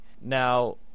Now